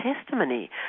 testimony